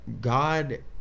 God